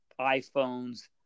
iPhones